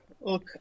look